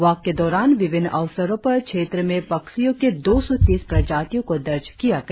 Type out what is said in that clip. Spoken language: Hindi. वाक के दौरान विभिन्न अवसरों पर क्षेत्र में पक्षियों के दो सौ तीस प्रजातियों को दर्ज किया गया